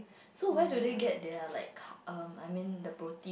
so where do they get their like carb um I mean the protein